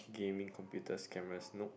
gaming computers cameras nope